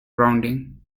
rounding